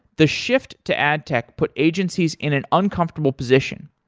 the shift to add tech put agencies in an uncomfortable position.